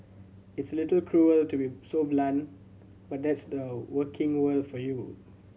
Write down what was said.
it's little cruel to be so blunt but that's the working world for you